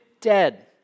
dead